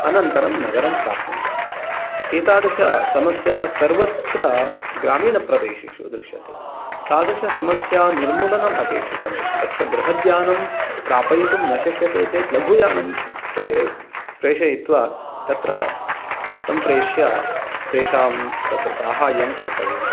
अनन्तरं नगरं प्राप्नुमः एतादृश समस्या सर्वत्र ग्रामीणप्रदेशेषु दृश्यते तादृश समस्या निर्मूलनम् अपेक्षितं तत्र बृहद्यानं प्रापयितुं न शक्यते चेत् लघुयानं प्रे प्रेषयित्वा तत्र सम्प्रेष्य तेषां तत्र साहाय्यं कर्तव्यम्